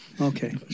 Okay